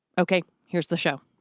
okay, here's the show